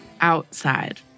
outside